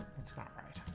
not write